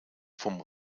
vom